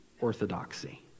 orthodoxy